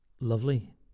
lovely